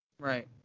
Right